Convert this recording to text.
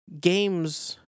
games